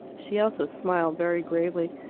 she also smiled, very gravely.